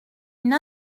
une